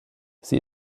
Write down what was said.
sie